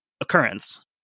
occurrence